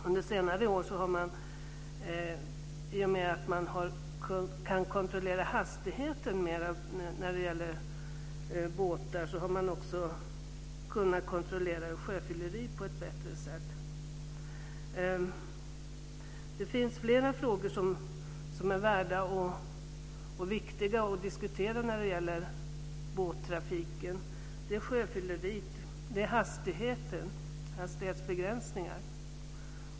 Under senare år har man, i och med att man har kunnat kontrollera hastigheten mera när det gäller båtar, också kunnat kontrollera sjöfylleri på ett bättre sätt. Det finns flera frågor som är viktiga och värda att diskutera när det gäller båttrafiken. Det är sjöfylleriet. Det är hastighetsbegränsningar.